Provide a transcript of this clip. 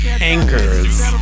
anchors